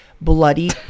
bloody